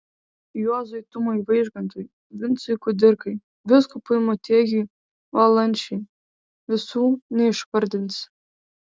juozui tumui vaižgantui vincui kudirkai vyskupui motiejui valančiui visų neišvardinsi